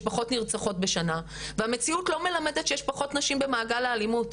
פחות נרצחות בשנה והמציאות לא מלמדת שיש פחות נשים במעגל האלימות,